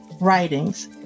writings